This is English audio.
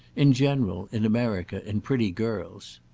in general, in america, in pretty girls.